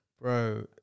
bro